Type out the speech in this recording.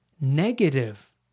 negative